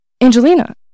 Angelina